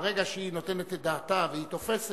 ברגע שהיא נותנת את דעתה והיא תופסת,